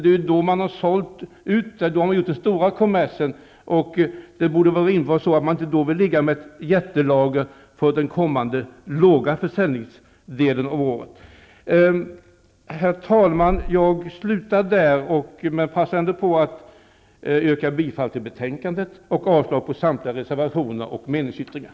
Det är ju då man har haft den stora kommersen, och rimligen borde det inte finnas några stora lager inför den tid på året då försäljningen är mindre. Herr talman! Jag slutar där och vill med detta yrka bifall till utskottets hemställan och avslag på samtliga reservationer och meningsyttringar.